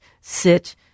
sit